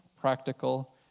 practical